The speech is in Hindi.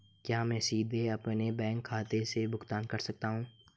क्या मैं सीधे अपने बैंक खाते से भुगतान कर सकता हूं?